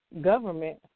government